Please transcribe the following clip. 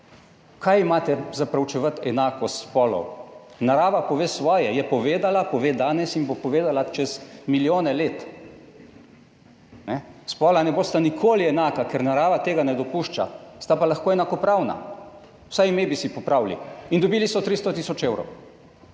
Kaj imate za preučevati enakost spolov? Narava pove svoje, je povedala, pove danes in bo povedala čez milijone let. Spola ne bosta nikoli enaka, ker narava tega ne dopušča, sta pa lahko enakopravna. Vsaj ime bi si popravili. In dobili so 300 tisoč evrov.